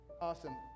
awesome